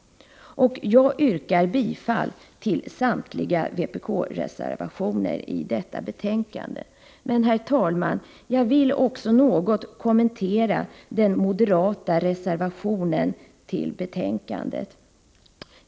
Jag yrkar bifall till samtliga vpk-reservationer i detta betänkande men vill också, herr talman, något kommentera den moderata reservationen.